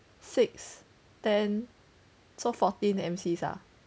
six ten so fourteen M_C ah